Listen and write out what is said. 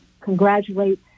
congratulate